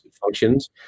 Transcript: functions